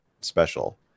special